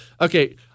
Okay